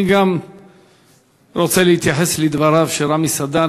גם אני רוצה להתייחס לדבריו של רמי סדן.